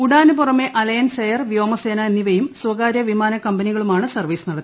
ഉഡാനു പുറമെ Alliance Air വ്യോമസേന എന്നിവയും സ്വകാര്യ വിമാന കമ്പനികളുമാണ് സർവ്വീസ് നടത്തിയത്